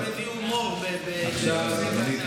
הומור בנושא כזה עצוב.